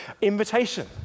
invitation